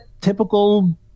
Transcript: typical